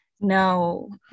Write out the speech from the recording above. No